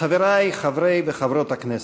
חברי חברי וחברות הכנסת,